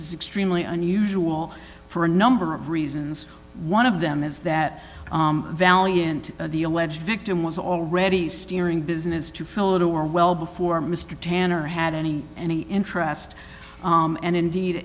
is extremely unusual for a number of reasons one of them is that valiant the alleged victim was already steering business you fell it over well before mr tanner had any any interest and indeed